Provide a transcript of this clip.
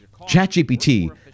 ChatGPT